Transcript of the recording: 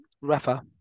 Rafa